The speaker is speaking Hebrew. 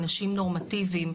אנשים נורמטיביים,